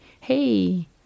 Hey